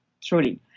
truly